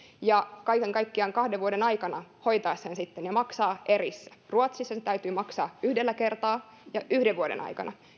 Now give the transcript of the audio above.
ja kaiken kaikkiaan kahden vuoden aikana hoitaa sen sitten ja maksaa erissä ruotsissa se täytyy maksaa yhdellä kertaa ja yhden vuoden aikana